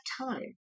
time